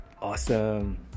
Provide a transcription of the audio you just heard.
Awesome